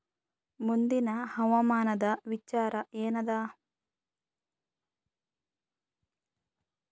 ಮುಂದಿನ ಹವಾಮಾನದ ವಿಚಾರ ಏನದ?